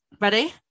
ready